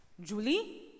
Julie